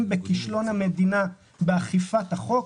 בכישלון המדינה באכיפת החוק?